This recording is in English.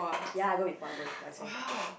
ya I go before I go before actually not bad